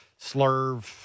slurve